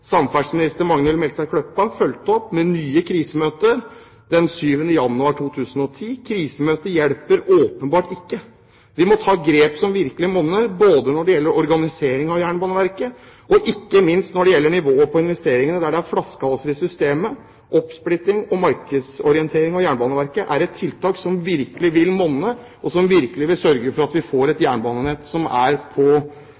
Samferdselsminister Magnhild Meltveit Kleppa fulgte opp med nytt krisemøte den 7. januar 2010. Krisemøtene hjelper åpenbart ikke. Vi må ta grep som virkelig monner, både når det gjelder organiseringen av Jernbaneverket, og ikke minst når det gjelder nivået på investeringene, der det er flaskehalser i systemet. Oppsplitting og markedsorientering av Jernbaneverket er et tiltak som virkelig vil monne, og som vil sørge for at vi får et